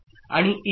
आणि ए चे काय होते